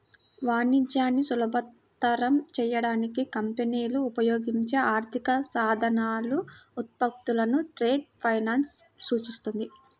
వాణిజ్యాన్ని సులభతరం చేయడానికి కంపెనీలు ఉపయోగించే ఆర్థిక సాధనాలు, ఉత్పత్తులను ట్రేడ్ ఫైనాన్స్ సూచిస్తుంది